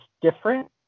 different